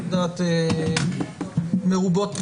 את יודעת, מרובות.